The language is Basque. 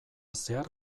zehar